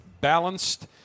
balanced